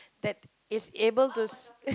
that is able to